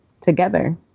together